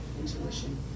intuition